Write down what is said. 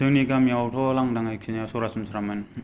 जोंनि गामियावथ' लान्दाङै खिनाया सरासनस्रा मोन